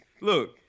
look